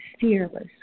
fearless